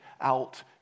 out